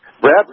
Brad